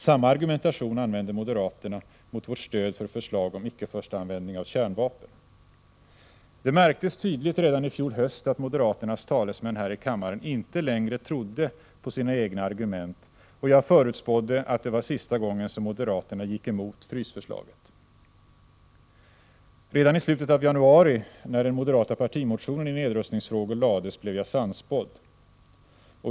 Samma argumentation använde moderaterna mot vårt stöd för förslag om icke-förstaanvändning av kärnvapen. Det märktes tydligt redan i fjol höst att moderaternas talesmän här i kammaren inte längre trodde på sina egna argument. Jag förutspådde att det var sista gången som moderaterna gick emot frysförslaget. Redan i slutet av januari, när den moderata partimotionen i nedrustningsfrågor lades fram, blev jag sannspådd.